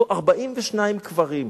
פה, 42 קברים,